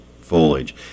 foliage